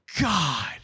God